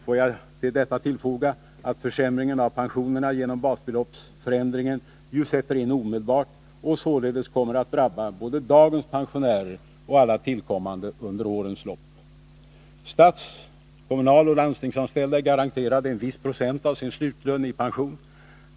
Får jag till detta foga att försämringen av pensionerna genom basbeloppsförändringen ju sätter in omedelbart och således kommer att drabba både dagens pensionärer och alla tillkommande under årens lopp. Stats-, kommunaloch landstingsanställda är garanterade en viss procent av sin slutlön i pension.